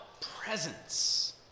presence